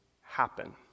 happen